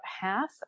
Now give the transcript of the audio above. half